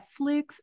Netflix